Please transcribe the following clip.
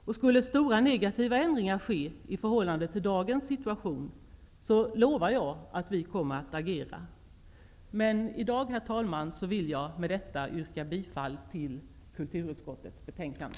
Om stora negativa ändringar skulle ske i förhållande till dagens situation lovar jag att vi kommer att agera. Herr talman! Med detta vill jag i dag yrka bifall till hemställan i kulturutskottets betänkande.